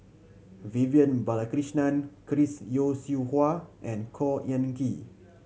Vivian Balakrishnan Chris Yeo Siew Hua and Khor Ean Ghee